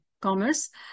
commerce